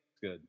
good